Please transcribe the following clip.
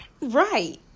Right